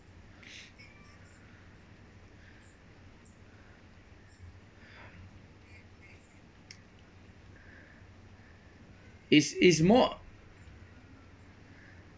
is is more